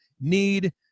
need